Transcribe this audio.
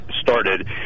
started